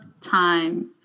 time